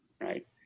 right